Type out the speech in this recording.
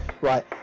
right